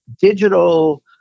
digital